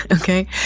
okay